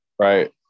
Right